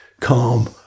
calm